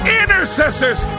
intercessors